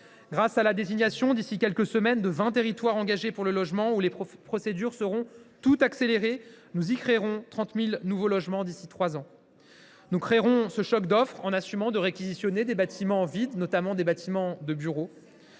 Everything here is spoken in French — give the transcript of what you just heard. grâce à la désignation, d’ici quelques semaines, de vingt territoires engagés pour le logement, où les procédures seront accélérées. Nous y créerons 30 000 nouveaux logements d’ici trois ans. On parie ? Nous créerons ce choc d’offre en assumant de réquisitionner des bâtiments vides, notamment de bureaux.